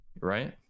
right